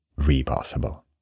Repossible